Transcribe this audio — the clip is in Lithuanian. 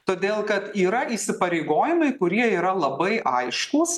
todėl kad yra įsipareigojimai kurie yra labai aiškūs